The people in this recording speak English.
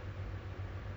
what race